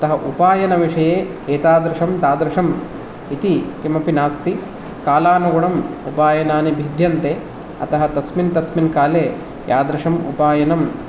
अतः उपायनविषये एतादृशं तादृशम् इति किमपि नास्ति कालानुगुणम् उपायनानि भिद्यन्ते अतः तस्मिन् तस्मिन काले यादृशमुपायनं